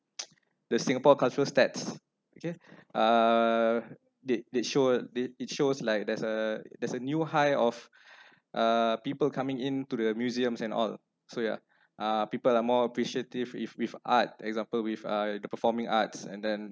the singapore cultural stats okay uh that that show a it it shows like there's a there's a new high of uh people coming into the museums and all so ya uh people are more appreciative with with art example with uh the performing arts and then